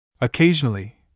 Occasionally